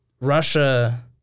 Russia